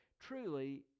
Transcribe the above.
Truly